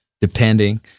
depending